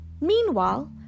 Meanwhile